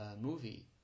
movie